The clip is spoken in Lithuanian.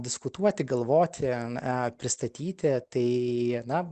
diskutuoti galvoti na pristatyti tai na